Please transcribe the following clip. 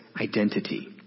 identity